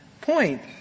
point